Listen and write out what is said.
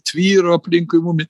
tvyro aplinkui mumi